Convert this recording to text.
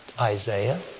Isaiah